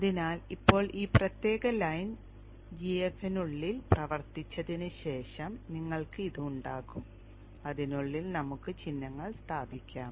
അതിനാൽ ഇപ്പോൾ ഈ പ്രത്യേക ലൈൻ gaf നുള്ളിൽ പ്രവർത്തിപ്പിച്ചതിന് ശേഷം നിങ്ങൾക്ക് ഇത് ഉണ്ടാകും അതിനുള്ളിൽ നമുക്ക് ചിഹ്നങ്ങൾ സ്ഥാപിക്കാം